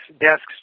desks